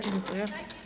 Dziękuję.